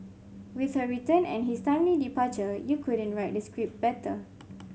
with her return and his timely departure you couldn't write the script better